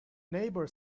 neighbour